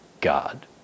God